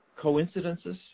coincidences